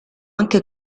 anche